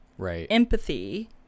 empathy